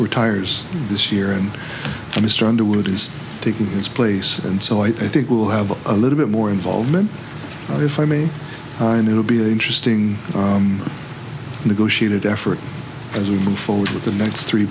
retires this year and mr underwood is taking his place and so i think we'll have a little bit more involvement if i may find it will be interesting negotiated effort as we move forward with the next three